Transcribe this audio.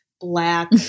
black